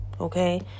Okay